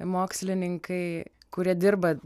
mokslininkai kurie dirba